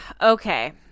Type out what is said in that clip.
okay